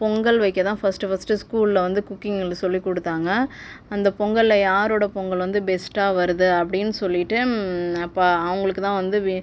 பொங்கல் வைக்க தான் first first ஸ்கூலில் வந்து குக்கிங் எங்களுக்கு சொல்லிக் கொடுத்தாங்க அந்த பொங்கலில் யாரோடய பொங்கல் வந்து பெஸ்ட்டாக வருது அப்படின் சொல்லிட்டு அப்போ அவங்களுக்கு தான் வந்து வே